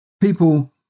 people